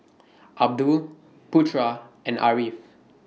Abdul Putra and Ariff